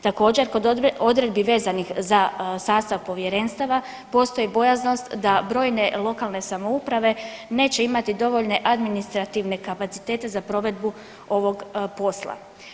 Također kod odredbi vezanih za sastav povjerenstava postoji bojaznost da brojne lokalne samouprave neće imati dovoljne administrativne kapacitete za provedbu ovog posla.